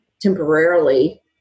temporarily